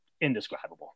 indescribable